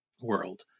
world